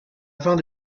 found